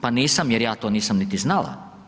Pa nisam jer ja to nisam niti znala.